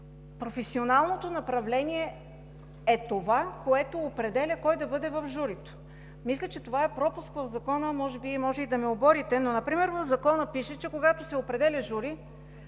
Професионалното направление е това, което определя кой да бъде в журито. Мисля, че това е пропуск в Закона. Може и да ме оборите, но например, когато се определя жури,